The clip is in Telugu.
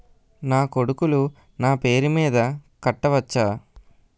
నా కొడుకులు నా పేరి మీద కట్ట వచ్చా?